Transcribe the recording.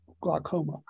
glaucoma